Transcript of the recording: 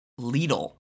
Lidl